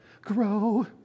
Grow